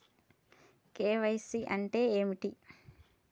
KYC అంటే ఏమిటి?